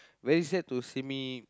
very sad to see me